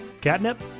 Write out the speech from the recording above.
catnip